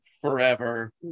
forever